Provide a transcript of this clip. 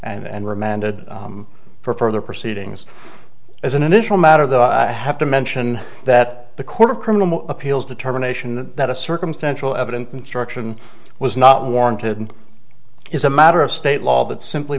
and remanded for further proceedings as an initial matter though i have to mention that the court of criminal appeals determination that a circumstantial evidence instruction was not warranted and is a matter of state law that simply